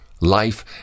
Life